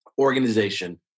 organization